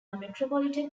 metropolitan